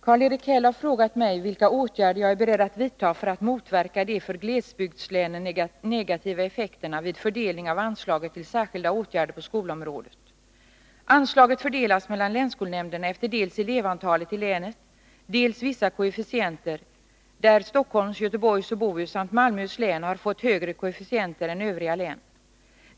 Karl-Erik Häll har frågat mig vilka åtgärder jag är beredd att vidta för att motverka de för glesbygdslänen negativa effekterna vid fördelning av anslaget till särskilda åtgärder på skolområdet. Anslaget fördelas mellan länsskolnämnderna efter dels elevantalet i länet, dels vissa koefficienter, där Stockholms, Göteborgs och Bohus samt Malmöhus län har fått högre koefficienter än övriga län.